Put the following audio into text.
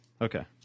Okay